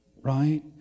right